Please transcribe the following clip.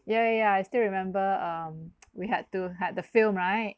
ya ya ya I still remember um we had to had the film right